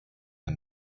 der